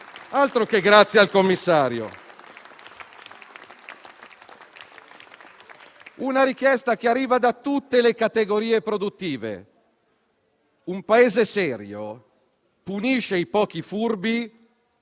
altro che grazie al commissario! Una richiesta arriva da tutte le categorie produttive: un Paese serio punisce i pochi furbi